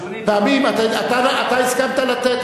אדוני אתה הסכמת לתת,